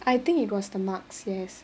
I think it was the marks yes